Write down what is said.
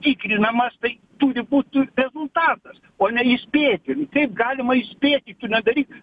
tikrinamas tai turi būt ir rezultatas o ne įspėti nu kaip galima įspėti nedaryk